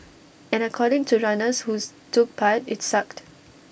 and according to runners who's took part IT sucked